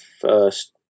first